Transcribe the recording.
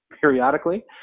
Periodically